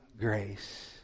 grace